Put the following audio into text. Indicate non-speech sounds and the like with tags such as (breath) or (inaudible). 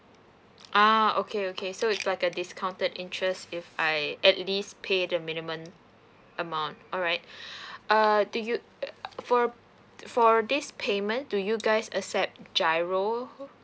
ah okay okay so it's like a discounted interest if I at least pay the minimum amount alright (breath) uh do you for for this payment do you guys accept GIRO